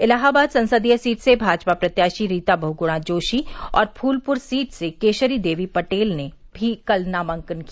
इलाहाबाद संसदीय सीट से भाजपा प्रत्याशी रीता बहुगुणा जोशी और फूलपुर सीट से केशरी देवी पटेल ने भी कल नामांकन किया